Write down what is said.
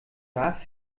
darf